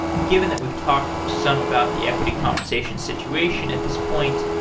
given that we've talked some about the equity compensation situation at this point,